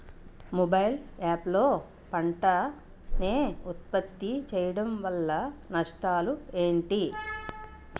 Mobile app లో పంట నే ఉప్పత్తి చేయడం వల్ల నష్టాలు ఏంటి?